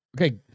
Okay